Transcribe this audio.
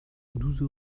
douze